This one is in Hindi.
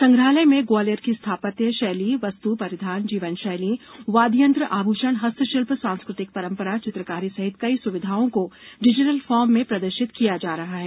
संग्रहालय में ग्वालियर की स्थापत्य शैली वस्तु परिधान जीवनशैली वाद्य यंत्र आभूषण हस्तशिल्प सांस्कृतिक परंपरा चित्रकारी सहित कई सुविधाओं को डिजिटल फार्म में प्रदर्शित किया जा रहा है